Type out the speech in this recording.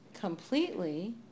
completely